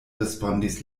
respondis